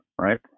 right